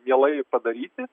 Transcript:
mielai padaryti